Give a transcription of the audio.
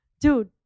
dude